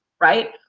right